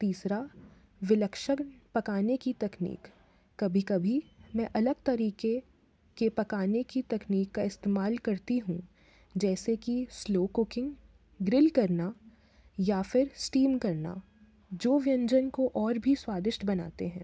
तीसरा विलक्षण पकाने की तकनीक कभी कभी मैं अलग तरीके के पकाने की तकनीक का इस्तेमाल करती हूँ जैसे कि स्लो कुकिंग ग्रिल करना या फिर स्टीम करना जो व्यंजन को और भी स्वादिष्ट बनाते हैं